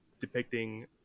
depicting